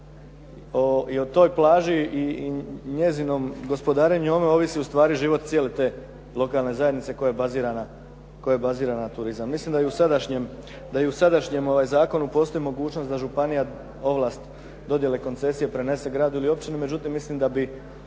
i o toj plaži i o njezinom gospodarenju njome ovisi ustvari život cijele te lokalne zajednice koja je bazirana na turizam. Mislim da i u sadašnjem, da i u sadašnjem zakonu postoji mogućnost da županija ovlast dodjele koncesije prenese gradu ili općini. Međutim, mislim da bi